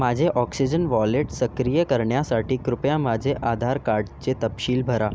माझे oxygen wallet सक्रिय करण्यासाठी कृपया माझे आधार कार्डाचे तपशील भरा